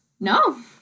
No